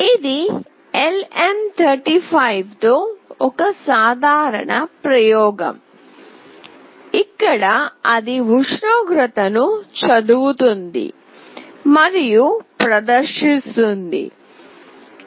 ఇది LM35 తో ఒక సాధారణ ప్రయోగం ఇక్కడ అది ఉష్ణోగ్రతను చదువుతుంది మరియు ప్రదర్శిస్తుంది